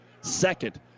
second